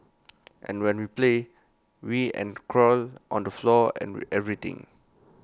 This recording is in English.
and when we play we and crawl on the floor and everything